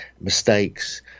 mistakes